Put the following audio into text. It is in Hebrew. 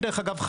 אגב,